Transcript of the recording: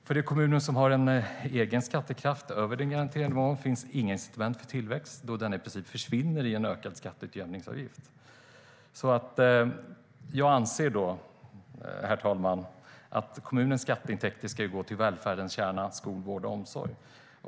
För de kommuner som har en egen skattekraft över den garanterade nivån finns inga incitament för tillväxt då denna i princip försvinner i en ökad skatteutjämningsavgift. Herr talman! Jag anser att kommunens skatteintäkter ska gå till välfärdens kärna - skola, vård och omsorg.